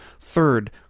Third